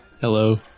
Hello